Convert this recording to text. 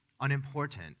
unimportant